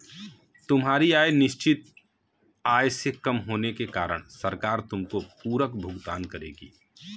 तुम्हारी आय निश्चित आय से कम होने के कारण सरकार तुमको पूरक भुगतान करेगी